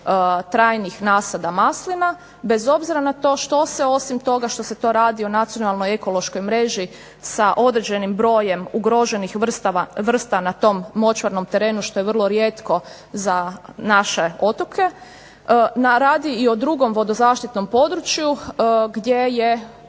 trajnih nasada maslina bez obzira na to što se osim toga što se to radi o nacionalnoj ekološkoj mreži sa određenim brojem ugroženih vrsta na tom močvarnom terenu što je vrlo rijetko za naše otoke na radi i o drugom vodo zaštitnom području gdje je